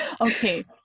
Okay